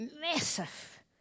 massive